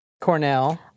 Cornell